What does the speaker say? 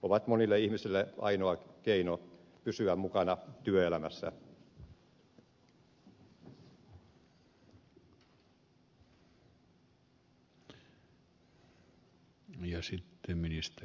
ovat monille ihmisille ainoa keino pysyä mukana työelämässä